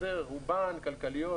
רובן כלכליות,